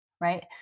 right